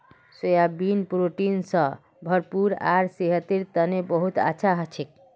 soybean protein स भरपूर आर सेहतेर तने बहुत अच्छा हछेक